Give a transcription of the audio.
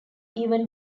even